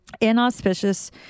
inauspicious